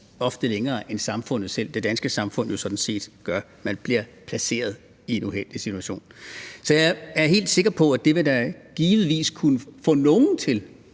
vanskeligere situation, end det danske samfund sådan set gør. Man bliver altså placeret i en uheldig situation. Så jeg er helt sikker på, at det da givetvis vil kunne få nogle til